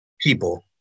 people